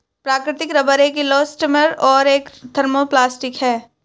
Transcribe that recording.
प्राकृतिक रबर एक इलास्टोमेर और एक थर्मोप्लास्टिक है